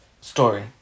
story